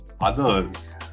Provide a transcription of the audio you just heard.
others